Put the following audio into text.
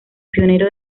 pionero